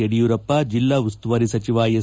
ಯಡಿಯೂರಪ್ಪ ಜಿಲ್ಲಾ ಉಸ್ತುವಾರಿ ಸಚಿವ ಎಸ್